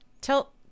Tell